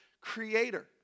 creator